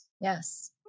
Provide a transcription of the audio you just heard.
Yes